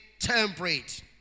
Temperate